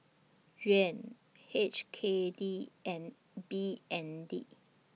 Yuan H K D and B N D